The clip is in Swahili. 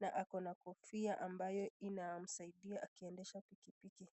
na ako na kofia ambayo inamsaidia akiendesha pikipiki.